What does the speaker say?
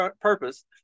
purpose